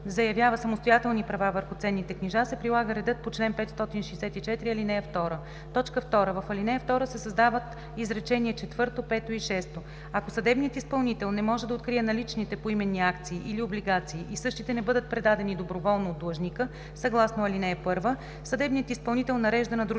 заявява самостоятелни права върху ценните книжа, се прилага редът по чл. 564, ал.2.” 2. В ал. 2 се създават изречения четвърто, пето и шесто: „Ако съдебният изпълнител не може да открие наличните поименни акции или облигации и същите не бъдат предадени доброволно от длъжника съгласно ал. 1, съдебният изпълнител нарежда на дружеството